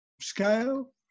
scale